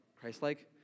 Christ-like